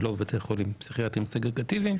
ולא בבתי חולים פסיכיאטרים סגרגטיביים.